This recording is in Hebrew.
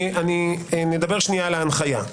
נדבר שניה על הנחיה.